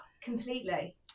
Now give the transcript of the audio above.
completely